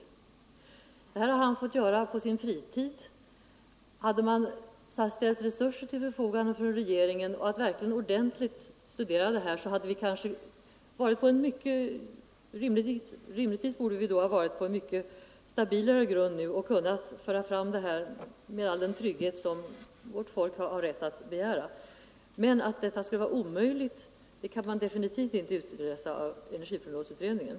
De beräkningarna har dr Lindeberg fått göra på sin fritid. Om regeringen hade ställt resurser till förfogande för att studera dessa problem ordentligt, så borde vi rimligtvis nu ha stått på en mycket stabilare grund och kunnat föra fram våra förslag och garantera all den trygghet som svenska folket har rätt att begära. Men att nollalternativet skulle vara omöjligt kan man definitivt inte utläsa av energiprognosutredningen.